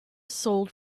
sold